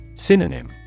Synonym